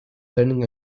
turning